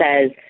says